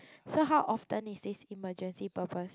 so how often is this emergency purpose